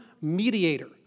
mediator